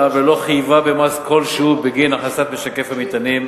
ולא חייבה במס כלשהו בגין הכנסת משקף המטענים.